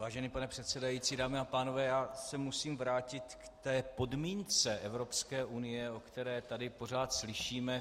Vážený pane předsedající, dámy a pánové, musím se vrátit k té podmínce Evropské unie, o které tady pořád slyšíme.